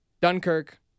Dunkirk